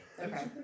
okay